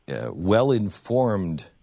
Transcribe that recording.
well-informed